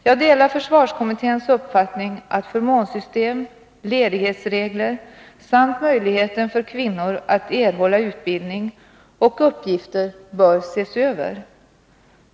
Jag delar försvarskommitténs uppfattning att förmånssystem, ledighetsregler samt möjligheten för kvinnor att erhålla utbildning och uppgifter bör ses över.